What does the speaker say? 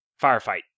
Firefight